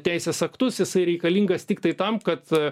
teisės aktus jisai reikalingas tiktai tam kad